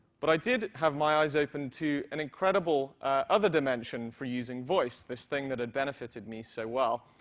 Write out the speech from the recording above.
but i did have my eyes open to an incredible other dimension for using voice, this thing that had benefited me so well.